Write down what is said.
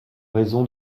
raison